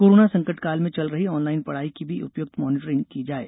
corona संकटकाल में चल रही ऑनलाइन पढ़ाई की भी उपयुक्त मॉनीटरिंग की जाये